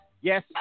Yes